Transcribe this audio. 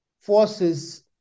forces